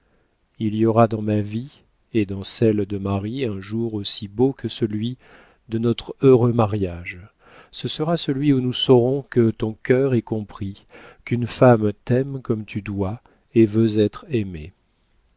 il y aura dans ma vie et dans celle de marie un jour aussi beau que celui de notre heureux mariage ce sera celui où nous saurons que ton cœur est compris qu'une femme t'aime comme tu dois et veux être aimé